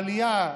העלייה,